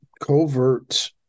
covert